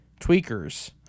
tweakers